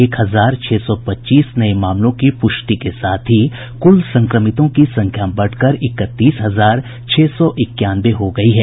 एक हजार छह सौ पच्चीस नये मामलों की प्रष्टि के साथ ही कुल संक्रमितों की संख्या बढ़कर इकतीस हजार छह सौ इक्यानवे हो गई है